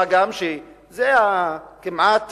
מה גם שזה כמעט